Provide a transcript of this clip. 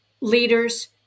leaders